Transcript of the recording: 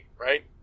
right